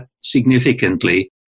significantly